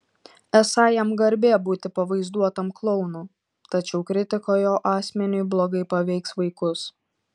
esą jam garbė būti pavaizduotam klounu tačiau kritika jo asmeniui blogai paveiks vaikus